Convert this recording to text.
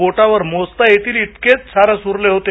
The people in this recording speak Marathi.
बोटावर मोजता येतळि जिकेच सारस उरले होते